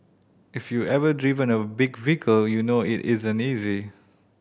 if you've ever driven a big vehicle you'll know it isn't easy